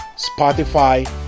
Spotify